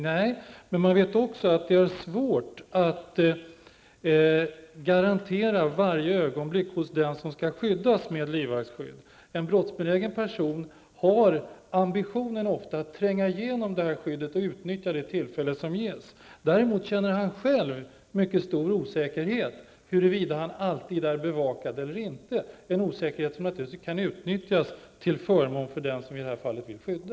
Nej, men man vet också att det är svårt att garantera varje ögonblick hos den som skall skyddas med livvaktsskydd. En brottsbenägen person har ofta ambitionen tränga igenom det här skyddet och utnyttja det tillfälle som ges. Han känner däremot själv mycket stor osäkerhet huruvida han alltid är bevakad eller inte. Denna osäkerhet kan naturligtvis utnyttjas till förmån för den som vi i det här fallet vill skydda.